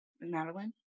Madeline